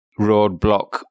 roadblock